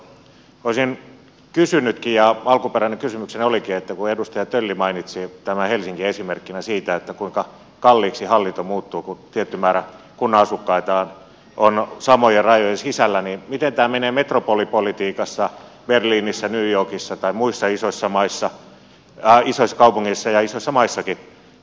olisin kysynytkin ja alkuperäinen kysymykseni olikin että kun edustaja tölli mainitsi helsingin esimerkkinä siitä kuinka kalliiksi hallinto muuttuu kun tietty määrä kunnan asukkaita on samojen rajojen sisällä niin miten tämä menee metropolipolitiikassa berliinissä new yorkissa tai muissa isoissa kaupungeissa ja isoissa maissakin